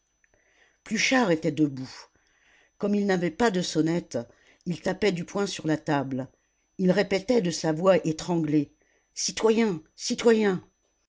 pluchart était debout comme il n'avait pas de sonnette il tapait du poing sur la table il répétait de sa voix étranglée citoyens citoyens